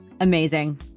amazing